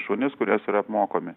šunys kuriuos yra apmokomi